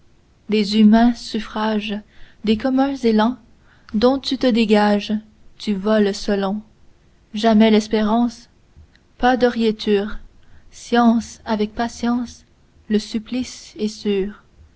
des humains suffrages des communs élans donc tu te dégages tu voles selon jamais l'espérance pas d'orietur science avec patience le supplice est sûr